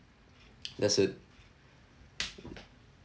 that's it